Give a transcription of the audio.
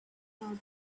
out